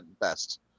best